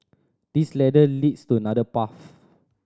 this ladder leads to another path